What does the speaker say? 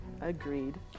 agreed